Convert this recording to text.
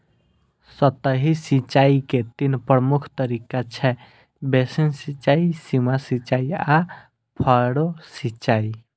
सतही सिंचाइ के तीन प्रमुख तरीका छै, बेसिन सिंचाइ, सीमा सिंचाइ आ फरो सिंचाइ